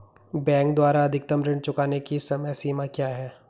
Bank द्वारा अधिकतम ऋण चुकाने की समय सीमा क्या है?